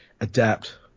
adapt